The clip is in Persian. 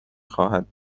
خواهد